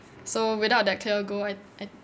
so without that clear goal I I